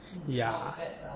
yeah